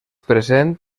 present